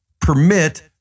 permit